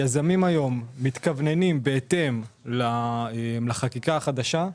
היזמים היום מתכוונים בהתאם לחקיקה החדשה,